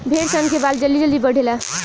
भेड़ सन के बाल जल्दी जल्दी बढ़ेला